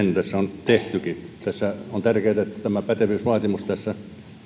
tässä on tehtykin tässä on tärkeää että tämä pätevyysvaatimus tässä